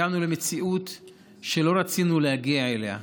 הגענו למציאות שלא רצינו להגיע אליה.